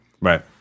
Right